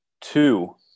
two